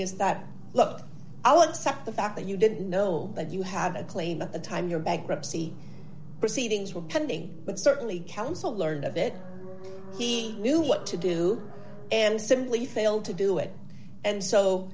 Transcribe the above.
is that look i'll accept the fact that you didn't know that you have a claim at the time your bankruptcy proceedings were pending but certainly counsel learned of it he knew what to do and simply failed to do it and so